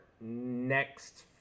next